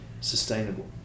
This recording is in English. sustainable